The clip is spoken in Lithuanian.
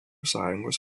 sąjungos